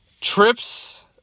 trips